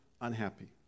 unhappy